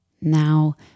Now